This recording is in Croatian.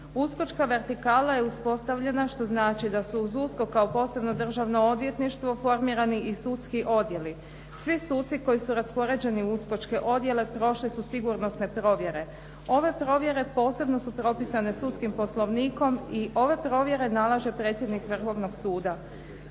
Uskočka vertikala je uspostavljena što znači da su uz USKOK kao posebno državno odvjetništvo formirani i sudski odjeli. Svi suci koji su raspoređeni u uskočke odjele prošli su sigurnosne provjere. Ove provjere posebno su propisane sudskim poslovnikom i ove provjere nalaže predsjednik Vrhovnog suda.